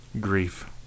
Grief